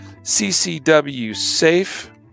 CCWSAFE